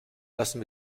lassen